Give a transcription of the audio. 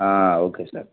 okay sir